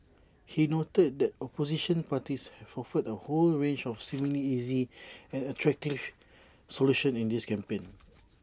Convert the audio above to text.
he noted that opposition parties have offered A whole range of seemingly easy and attractive solutions in this campaign